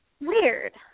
Weird